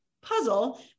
puzzle